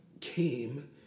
came